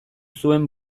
zuen